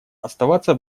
оставаться